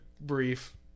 brief